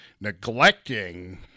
neglecting